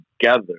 together